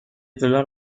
دلار